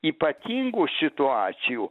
ypatingų situacijų